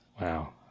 Wow